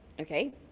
Okay